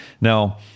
Now